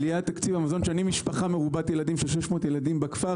עליית תקציב המזון אני משפחה מרובת ילדים של 600 ילדים בכפר